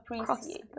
Appreciate